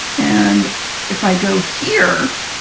and if i go here,